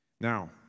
Now